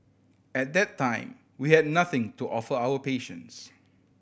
at that time we had nothing to offer our patients